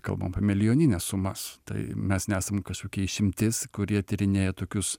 kalbam apie milijonines sumas tai mes nesam kažkokia išimtis kurie tyrinėja tokius